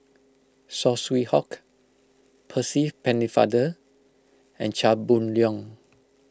Saw Swee Hock Percy Pennefather and Chia Boon Leong